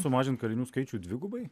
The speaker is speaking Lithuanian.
sumažint kalinių skaičių dvigubai